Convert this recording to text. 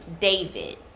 David